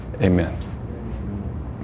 Amen